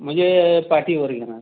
म्हणजे पाटीवर घेणार